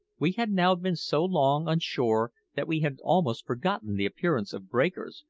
we had now been so long on shore that we had almost forgotten the appearance of breakers,